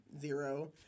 zero